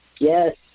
Yes